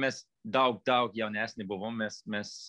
mes daug daug jaunesni buvom mes mes